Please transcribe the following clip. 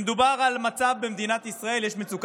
מדובר על המצב במדינת ישראל.